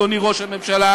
אדוני ראש הממשלה,